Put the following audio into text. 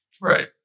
Right